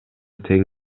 тең